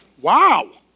Wow